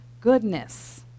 goodness